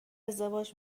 ازدواج